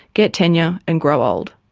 get tenure and grow old.